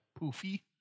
poofy